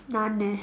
none eh